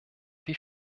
wie